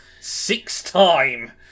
six-time